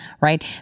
right